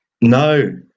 No